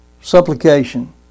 supplication